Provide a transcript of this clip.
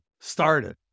started